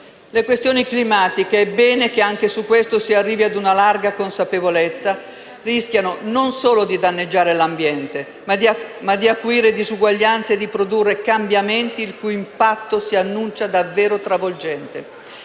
Le questioni climatiche - è bene che anche su questo si arrivi a una larga consapevolezza - rischiano non solo di danneggiare l'ambiente, ma anche di acuire disuguaglianze e produrre cambiamenti il cui impatto si annuncia davvero travolgente.